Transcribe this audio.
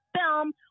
film